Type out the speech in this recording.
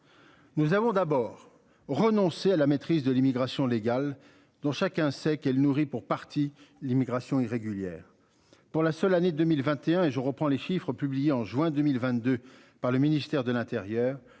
Nous avons d'abord renoncer à la maîtrise de l'immigration légale dont chacun sait qu'elle nourrit pour partie l'immigration irrégulière. Pour la seule année 2021 et je reprends les chiffres publiés en juin 2022 par le ministère de l'Intérieur,